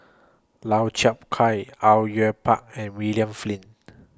Lau Chiap Khai Au Yue Pak and William Flint